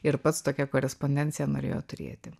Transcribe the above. ir pats tokia korespondenciją norėjo turėti